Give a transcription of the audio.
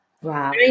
Wow